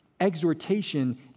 exhortation